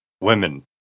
Women